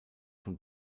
von